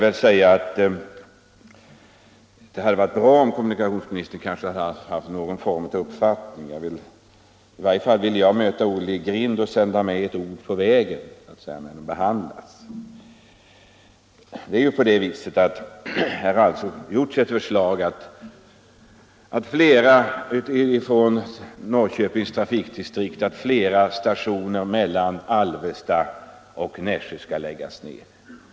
Det hade varit bra om kommunikationsministern redovisat någon uppfattning i sitt svar. I varje fall vill jag mota Olle i grind och sända med ett ord på vägen, när frågan behandlas. Här har alltså förts fram ett förslag från Norrköpings trafikdistrikt att flera stationer mellan Alvesta och Nässjö skall läggas ned.